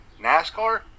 NASCAR